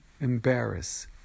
embarrass